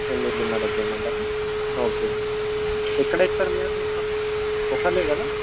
ఎనిమిదిన్నరకి చేయమంటారా ఓకే ఎక్కడ ఎక్కుతారు మీరు ఒకళ్ళే కదా